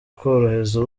korohereza